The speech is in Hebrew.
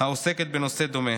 העוסקת בנושא דומה.